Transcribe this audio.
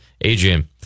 Adrian